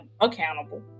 accountable